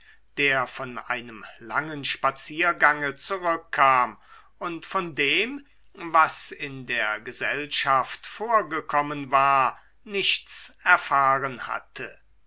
der von einem langen spaziergange zurückkam und von dem was in der gesellschaft vorgekommen war nichts erfahren hatte